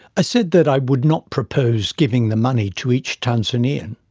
i said that i would not propose giving the money to each tanzanian,